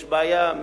יש בעיה,